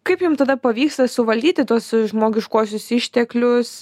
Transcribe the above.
kaip jum tada pavyksta suvaldyti tuos žmogiškuosius išteklius